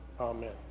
Amen